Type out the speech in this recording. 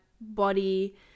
body